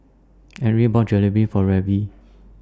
Enrique bought Jalebi For Reggie